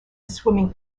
swimming